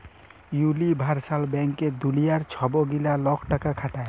universal ব্যাংকে দুলিয়ার ছব গিলা লক টাকা খাটায়